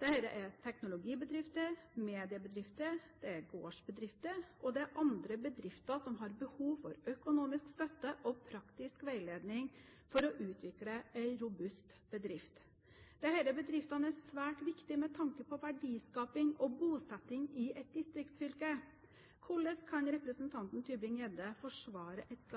Det er teknologibedrifter, mediebedrifter, gårdsbedrifter og andre bedrifter som har behov for økonomisk støtte og praktisk veiledning for å utvikle en robust bedrift. Disse bedriftene er svært viktige med tanke på verdiskaping og bosetting i et distriktsfylke. Hvordan kan representanten Tybring-Gjedde forsvare et